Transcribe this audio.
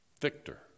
victor